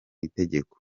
itegeko